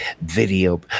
video